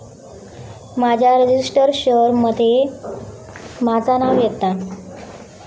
माझ्या registered share मध्ये माझा नाव येता